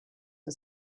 and